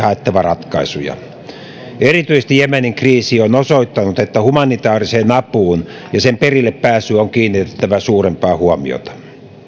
haettava ratkaisuja erityisesti jemenin kriisi on osoittanut että humanitaariseen apuun ja sen perille pääsyyn on kiinnitettävä suurempaa huomiota